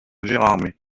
gérardmer